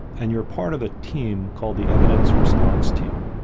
and you're a part of a team called the evidence response team.